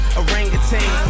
orangutan